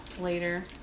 later